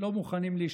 הם לא מוכנים להשתנות,